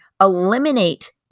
eliminate